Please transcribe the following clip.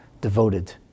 devoted